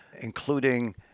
including